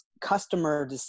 customer